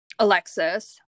Alexis